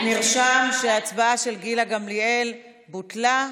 נרשם שההצבעה של גילה גמליאל בוטלה.